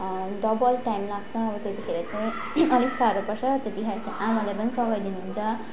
double time लाग्छ अब त्यतिखेर चाहिँ अलिक साह्रो पर्छ त्यति खेर चाहिँ आमाले पनि सघाइदिनुहुन्छ